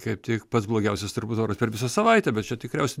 kaip tik pats blogiausias turbūt oras per visą savaitę bet čia tikriausiai